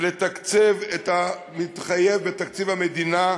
ולתקצב את המתחייב בתקציב המדינה,